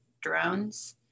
drones